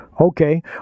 Okay